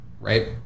right